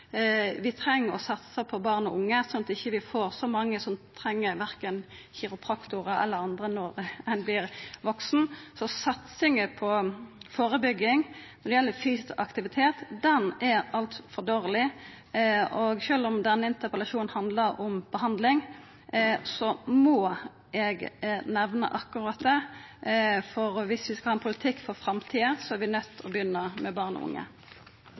Vi treng å satsa på barn og unge, slik at vi ikkje får så mange som treng kiropraktorar eller liknande når dei vert vaksne. Satsinga på førebygging når det gjeld fysisk aktivitet, er alt for dårleg. Det må eg nemna, sjølv om denne interpellasjonen handlar om behandling. Viss vi skal ha ein politikk for framtida, er vi nøydde til å begynna med barn og unge.